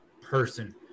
person